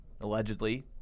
allegedly